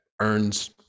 earns